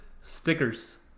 stickers